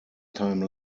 time